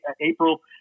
April